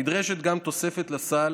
נדרשת גם תוספת לסל